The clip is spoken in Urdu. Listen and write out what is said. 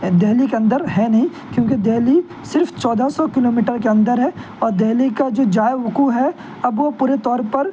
دہلی کے اندر ہے نہیں کیونکہ دہلی صرف چودہ سو کیلو میٹر کے اندر ہے اور دہلی کا جو جائے وقوع ہے اب وہ پورے طور پر